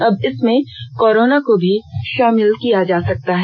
अब इसमें कोरोना को भी शामिल किया जा सकता है